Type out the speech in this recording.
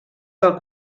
del